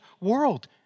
world